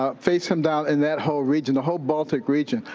ah face him down in that whole region, the whole baltic region.